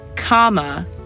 comma